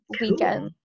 weekend